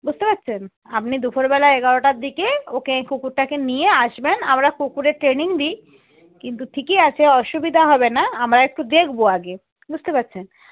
বুঝতে পাচ্ছেন আপনি দুপুরবেলা এগারোটার দিকে ওকে কুকুরটাকে নিয়ে আসবেন আমরা কুকুরের ট্রেনিং দিই কিন্তু ঠিকই আছে অসুবিধা হবে না আমরা একটু দেখব আগে বুঝতে পারছেন